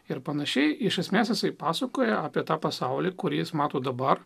ir pan iš esmės visai pasakoja apie tą pasaulį kurį jis mato dabar